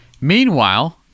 Meanwhile